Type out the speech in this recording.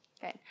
Good